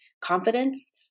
confidence